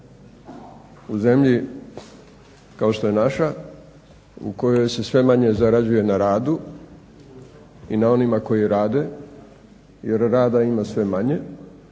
U zemlji kao što je naša u kojoj se sve manje zarađuje na radu i na onima koji rade jer rada ima sve manje,